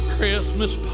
Christmas